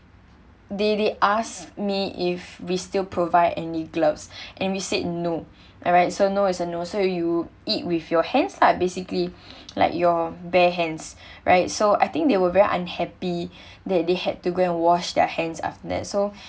they they ask me if we still provide any gloves and we said no alright so no is a no so you eat with your hands lah basically like your bare hands right so I think they were very unhappy that they had to go and wash their hands after that so